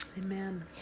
Amen